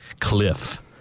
cliff